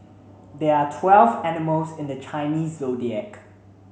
there are twelve animals in the Chinese Zodiac